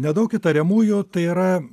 nedaug įtariamųjų tai yra